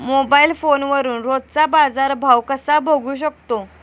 Mobile फोनवरून रोजचा बाजारभाव कसा बघू शकतो?